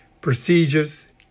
Procedures